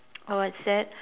uh what's that